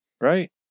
Right